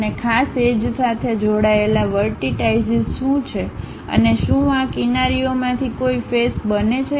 અને ખાસ એજ સાથે જોડાયેલા વર્ટિટાઈશીસ શું છે અને શું આ કિનારીઓમાંથી કોઈ ફેસ બને છે